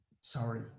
Sorry